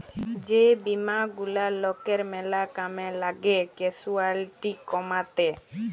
যে বীমা গুলা লকের ম্যালা কামে লাগ্যে ক্যাসুয়ালটি কমাত্যে